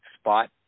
spot